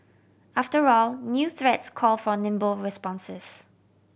after all new threats call for nimble responses